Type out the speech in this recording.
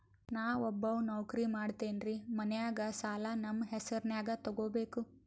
ನಾ ಒಬ್ಬವ ನೌಕ್ರಿ ಮಾಡತೆನ್ರಿ ಮನ್ಯಗ ಸಾಲಾ ನಮ್ ಹೆಸ್ರನ್ಯಾಗ ತೊಗೊಬೇಕ?